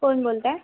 कोण बोलताय